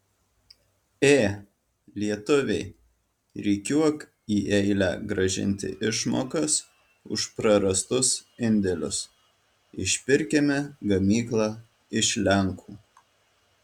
ė lietuviai rikiuok į eilę grąžinti išmokas už prarastus indėlius išpirkime gamyklą iš lenkų